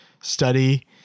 study